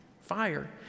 Fire